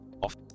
Off